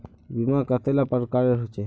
बीमा कतेला प्रकारेर होचे?